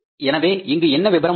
எனவே இங்கு என்ன விபரம் உள்ளது